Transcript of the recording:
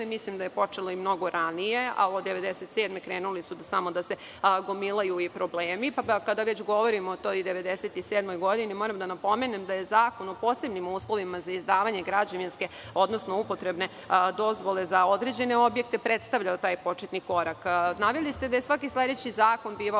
Mislim da je počelo i mnogo ranije, ali od 1997. godine krenuli su samo da se gomilaju problemi, pa kada već govorimo o toj 1997. godini, moram da napomenem da je zakon o posebnim uslovima za izdavanje građevinske, odnosno upotrebne dozvole za određene objekte predstavljao taj početni korak. Naveli ste da je svaki sledeći zakon bivao